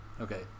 Okay